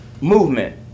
movement